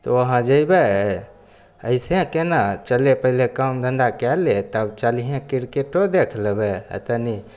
तऽ वहाँ जेबै ऐसे केना चले पहिले काम धंधा कए ले तब चलिहें किरकेटो देख लेबै आ तनी